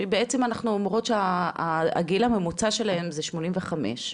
שבעצם אנחנו אומרות שהגיל הממוצע שלהם זה שמונים וחמש.